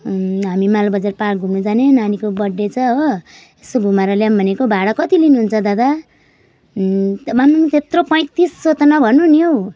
हामी मलबजार पार्क घुम्न जाने नानीको बर्थडे छ हो यसो घुमाएर ल्याऊँ भनेको भाडा कति लिनुहुन्छ दादा आम्माम त्यत्रो पैँतिस सौ त नभन्नु नि हौ